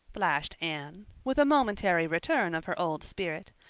flashed anne, with a momentary return of her old spirit.